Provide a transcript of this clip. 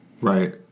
Right